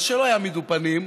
אז שלא יעמידו פנים.